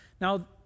Now